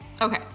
Okay